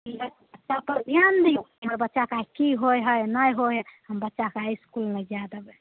बच्चापर ध्यान दियौ हमर बच्चाकेँ आइ की होइ हइ नहि होइ हइ हम बच्चाकेँ आइ इस्कुल नहि जाए देबै